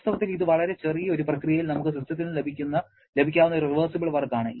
വാസ്തവത്തിൽ ഇത് വളരെ ചെറിയ ഒരു പ്രക്രിയയിൽ നമുക്ക് സിസ്റ്റത്തിൽ നിന്ന് ലഭിക്കാവുന്ന ഒരു റിവേഴ്സിബിൾ വർക്ക് ആണ്